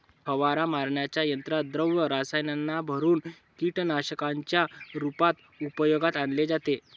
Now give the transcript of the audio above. फवारा मारण्याच्या यंत्रात द्रव रसायनांना भरुन कीटकनाशकांच्या रूपात उपयोगात आणले जाते